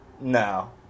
No